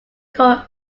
called